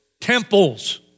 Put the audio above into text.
temples